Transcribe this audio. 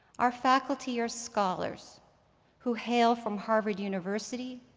our faculty are scholars who hail from harvard university,